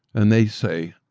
and they say,